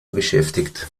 beschäftigt